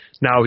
Now